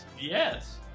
Yes